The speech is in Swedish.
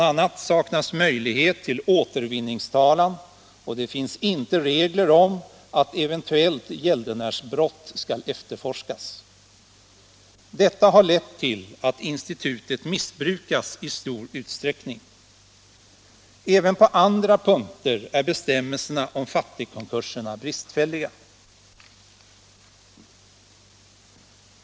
a. saknas möjlighet till återvinningstalan, och det finns inte regler om att eventuellt gäldenärsbrott skall efterforskas. Detta har lett till att institutet missbrukas i stor utsträckning. Även på andra punkter är bestämmelserna om fattigkonkurserna bristfälliga.